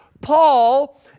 Paul